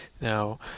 Now